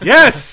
Yes